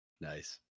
Nice